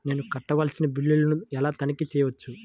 నేను కట్టవలసిన బిల్లులను ఎలా తనిఖీ చెయ్యవచ్చు?